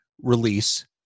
release